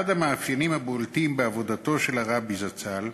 אחד המאפיינים הבולטים בעבודתו של הרבי זצ"ל,